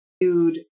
dude